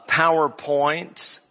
PowerPoints